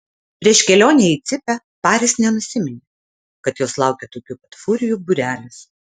prieš kelionę į cypę paris nenusiminė kad jos laukia tokių pat furijų būrelis